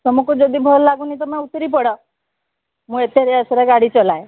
ତୁମକୁ ଯଦି ଭଲ ଲାଗୁନି ତୁମେ ଉତରି ପଡ଼ ମୁଁ ଏତେ ଗାଡ଼ି ଚଲାଏ